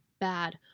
bad